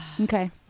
Okay